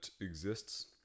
exists